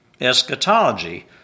eschatology